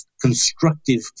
constructive